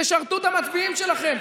תשרתו את המצביעים שלכם.